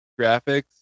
graphics